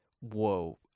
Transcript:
whoa